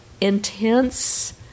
intense